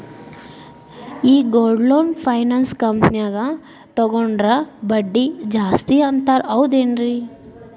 ಈ gold loan finance ಕಂಪನ್ಯಾಗ ತಗೊಂಡ್ರೆ ಬಡ್ಡಿ ಜಾಸ್ತಿ ಅಂತಾರ ಹೌದೇನ್ರಿ?